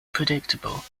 predictable